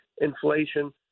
inflation